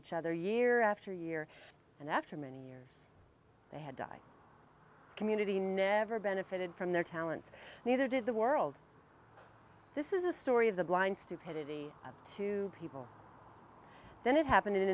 each other year after year and after many years they had died community never benefited from their talents neither did the world this is a story of the blind stupidity to people then it happened in